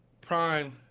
prime